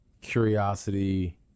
curiosity